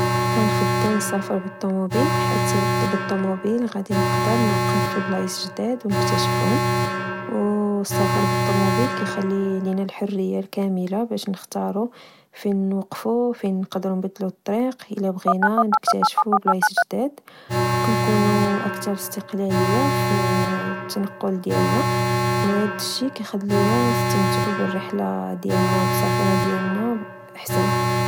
كنفضل نسافر بالطموبيل، حيت بالطموبيل غدي نقدر نوقف في بلايص جداد أو نكتاشفهم. السفر بالطموبيل كيخلي لينا الحرية الكاملة باش نختارو فين نوقفو، فين نقدرو نبدلو الطريق إلا بغينا نكتاشف بلايص جداد، و كنكون أكثر استقلالية في التنقل ديالنا، وهاد الشي كخلينا نستمتعو بالرحلة ديالنا و التسافرة ديالنا حسن